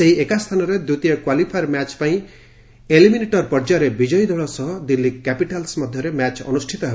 ସେହି ଏକା ସ୍ଥାନରେ ଦ୍ୱିତୀୟ କ୍ୱାଲିଫାୟାର୍ ମ୍ୟାଚ୍ ପାଇଁ ଏଲିମିନେଟର ପର୍ଯ୍ୟାୟରେ ବିଜୟୀ ଦଳ ସହ ଦିଲ୍କୀ କ୍ୟାପିଟାଲ୍ସ ମଧ୍ୟରେ ମ୍ୟାଚ୍ ଅନୁଷ୍ଠିତ ହେବ